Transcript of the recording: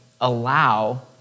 allow